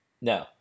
No